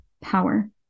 power